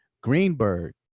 Greenberg